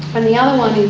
and the other one